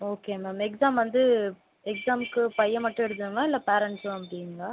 okay ma'am exam வந்து எக்ஸாமுக்கு பையன் மட்டும் இருக்கணுமா இல்லை பேரெண்ட்ஸும் விடுவீங்களா